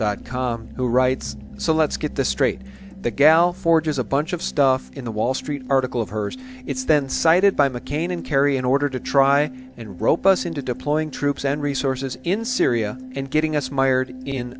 dot com who writes so let's get this straight the gal forges a bunch of stuff in the wall street article of hers it's then cited by mccain and kerry in order to try and rope us into deploying troops and resources in syria and getting us mired in